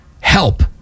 help